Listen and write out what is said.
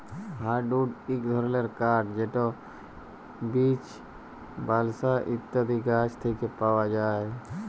hardwood ইক ধরলের কাঠ যেট বীচ, বালসা ইত্যাদি গাহাচ থ্যাকে পাউয়া যায়